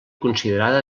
considerada